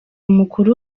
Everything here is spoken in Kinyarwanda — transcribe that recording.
mukuru